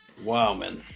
wow man